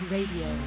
Radio